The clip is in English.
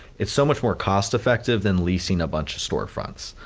it's so much more cost effective than leasing a bunch of store fronts.